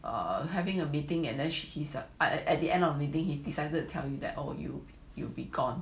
err having a meeting and then at the end of meeting he decided to tell you that oh you you'd be gone